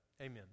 Amen